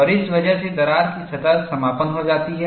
और इस वजह से दरार की सतह समापन हो जाती है